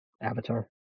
Avatar